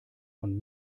von